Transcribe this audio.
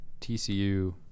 TCU